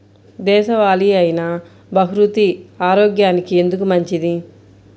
దేశవాలి అయినా బహ్రూతి ఆరోగ్యానికి ఎందుకు మంచిది?